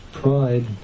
pride